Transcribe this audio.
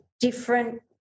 different